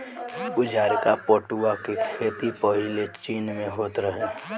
उजारका पटुआ के खेती पाहिले चीन में होत रहे